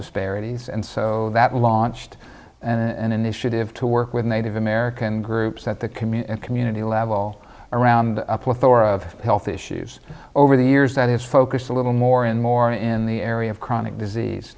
disparities and so that launched an initiative to work with native american groups at the community and community level around a plethora of health issues over the years that is focused a little more and more in the area of chronic disease